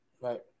Right